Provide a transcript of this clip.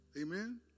Amen